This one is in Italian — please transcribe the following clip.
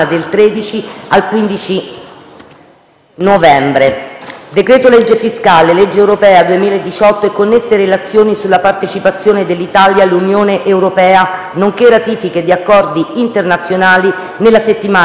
decreto-legge fiscale, legge europea 2018 e connesse relazioni sulla partecipazione dell'Italia all'Unione europea, nonché ratifiche di accordi internazionali, nella settimana dal 20 al 22 novembre.